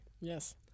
Yes